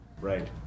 Right